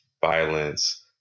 violence